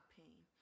pain